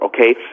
okay